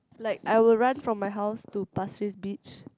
like I will run from my house to Pasir Ris Beach